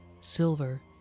silver